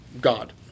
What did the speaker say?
god